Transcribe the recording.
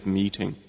meeting